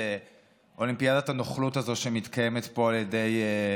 אולימפיאדת הנוכלות הזאת שמתקיימת פה על ידי